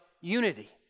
unity